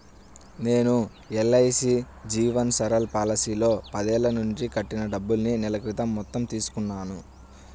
నేను ఎల్.ఐ.సీ జీవన్ సరల్ పాలసీలో పదేళ్ళ నుంచి కట్టిన డబ్బుల్ని నెల క్రితం మొత్తం తీసుకున్నాను